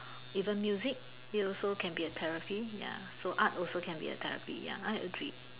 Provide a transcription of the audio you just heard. even music it also can be a therapy ya so art also can be a therapy ya I agreed